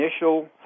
initial